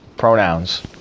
pronouns